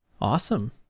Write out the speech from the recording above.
Awesome